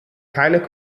keine